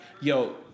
Yo